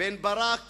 בין ברק